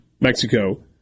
Mexico